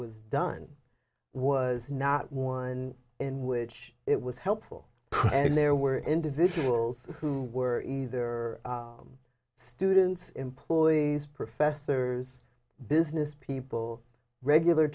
was done was not one in which it was helpful and there were individuals who were either students employees professors business people regular